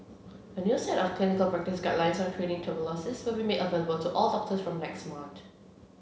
a new set of clinical practice guidelines on treating tuberculosis will be made available to all doctors from next month